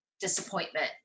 disappointment